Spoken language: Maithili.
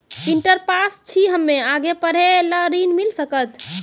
इंटर पास छी हम्मे आगे पढ़े ला ऋण मिल सकत?